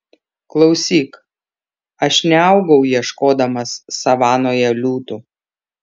klausyk aš neaugau ieškodamas savanoje liūtų